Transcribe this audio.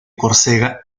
córcega